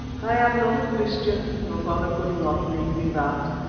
i am not a christian your father could not make me that.